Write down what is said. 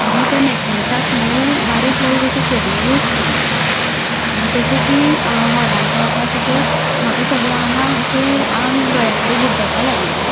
आनी त्या नेक्लेसाक न्हू बारीक बारीक अश्यो सरयो यूज केल्ल्यो आनी जशें की हॉलान पावता तशें म्हाका सगळे आंगाक अशें आंग गळ्या कडेन बुड्डपाक लागलें